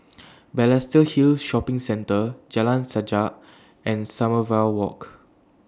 Balestier Hill Shopping Centre Jalan Sajak and Sommerville Walk